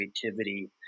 creativity